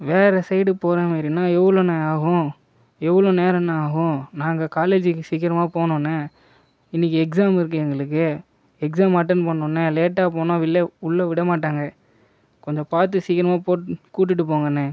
வேறு சைடு போகிற மாதிரினா எவ்வளோண்ணே ஆகும் எவ்வளோ நேரம்ணே ஆகும் நாங்கள் காலேஜுக்கு சீக்கிரமாக போகணும்ணே இன்றைக்கி எக்ஸாம் இருக்குது எங்களுக்கு எக்ஸாம் அட்டெண்ட் பண்ணும்ணே லேட்டாக போனால் வில் உள்ளே விட மாட்டாங்க கொஞ்சம் பார்த்து சீக்கிரமாக போக கூட்டிட்டு போங்கண்ணே